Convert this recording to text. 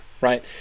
right